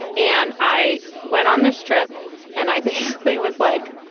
and i went on this trip and i basically was like,